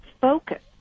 focus